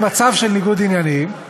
במצב של ניגוד עניינים,